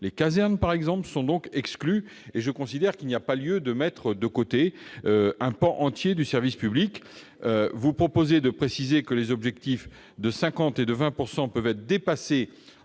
les casernes par exemple, seront exclus. Or je considère qu'il n'y a pas lieu de mettre de côté un pan entier du service public. Vous proposez de préciser que les objectifs de 50 % et de 20 % peuvent être dépassés,